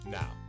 now